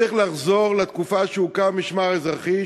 צריך לחזור לתקופה שבה הוקם המשמר האזרחי.